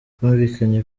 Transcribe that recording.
twumvikanye